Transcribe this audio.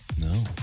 No